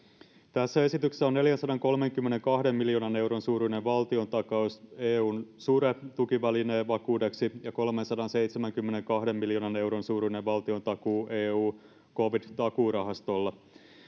tässä esityksessä on neljänsadankolmenkymmenenkahden miljoonan euron suuruinen valtiontakaus eun sure tukivälineen vakuudeksi ja kolmensadanseitsemänkymmenenkahden miljoonan euron suuruinen valtiontakuu eun covid takuurahastolle